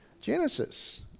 Genesis